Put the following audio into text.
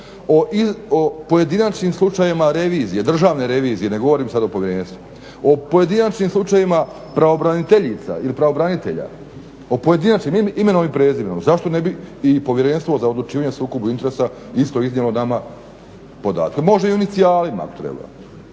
O pojedinačnim slučajevima revizije, Državne revizije, ne govorim sad o povjerenstvu, o pojedinačnim slučajevima pravobraniteljica ili pravobranitelja, o pojedinačnim, imenom i prezimenom. Zašto ne bi i Povjerenstvo za odlučivanje o sukobu interesa isto iznijelo nama podatke. Može i u inicijalima ako treba,